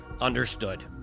Understood